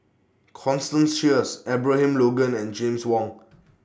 Constance Sheares Abraham Logan and James Wong